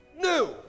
new